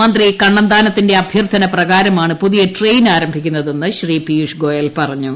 മന്ത്രി കണ്ണന്താനത്തിന്റെ അഭ്യർത്ഥന പ്രകാരമാണ് പുതിയ ട്രെയിൻ ആരംഭിക്കുന്നതെന്ന് ശ്രീ പീയുഷ് ഗോയൽ പറഞ്ഞു